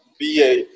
BA